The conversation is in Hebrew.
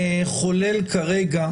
לחולל כרגע,